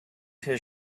his